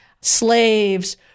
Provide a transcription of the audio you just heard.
slaves